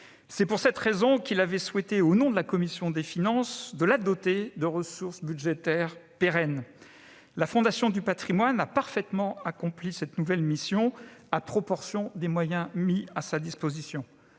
C'est pourquoi il avait souhaité, au nom de la commission des finances, la doter de ressources budgétaires pérennes. La Fondation du patrimoine a parfaitement accompli cette nouvelle mission, à proportion des moyens mis à sa disposition.